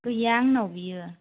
गैया आंनाव बियो